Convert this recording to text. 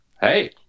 Hey